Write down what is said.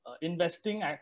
investing